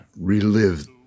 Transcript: relive